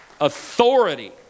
authority